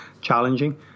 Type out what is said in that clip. challenging